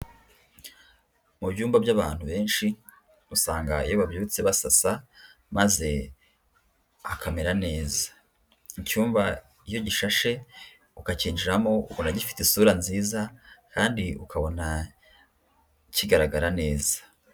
Mu byumba by'abantu benshi usanga iyo babyutse basasa maze hakamera neza. Icyumba iyo gishashe ukacyinjiramo ubona gifite isura nziza kandi ukabona kigaragara neza.